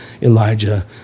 Elijah